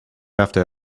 after